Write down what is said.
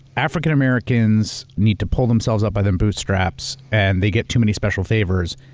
african-americans need to pull themselves up by their bootstraps, and, they get too many special favors.